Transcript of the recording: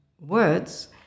words